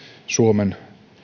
suomen